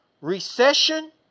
recession